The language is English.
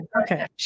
Okay